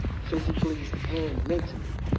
physically and mentally,